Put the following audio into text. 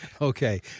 Okay